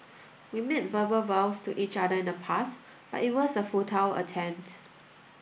we made verbal vows to each other in the past but it was a futile attempt